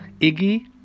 Iggy